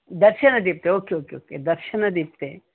Darshan Deepti okay okay okay Darshana Deepti